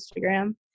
Instagram